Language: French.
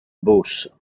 beauce